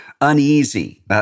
uneasy